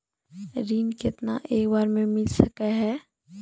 ऋण केतना एक बार मैं मिल सके हेय?